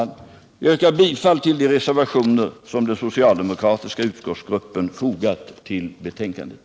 Jag yrkar bifall till de reservationer som den socialdemokratiska utskottsgruppen har fogat till betänkandet.